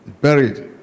buried